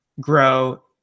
grow